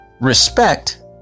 respect